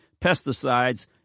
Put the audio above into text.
pesticides